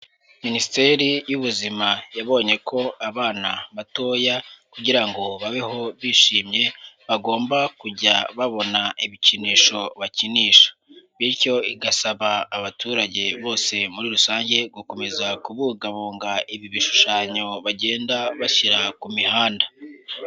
Minisiteri y'Ubuzima yabonye ko abana batoya kugira ngo babeho bishimye bagomba kujya babona ibikinisho bakinisha, bityo igasaba abaturage bose muri rusange gukomeza kubungabunga ibi bishushanyo bagenda bashyira ku mihanda.